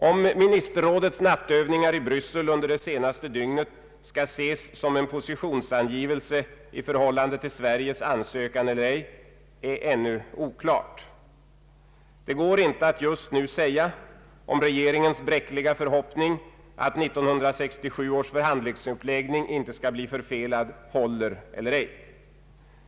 Om ministerrådets nattövningar i Bryssel under det senaste dygnet skall ses såsom en positionsangivelse i förhållande till Sveriges ansökan eller ej är ännu oklart. Det går inte att just nu säga om regeringens bräckliga förhoppning, att 1967 års förhandlingsuppläggning inte skall bli förfelad, håller eller ej.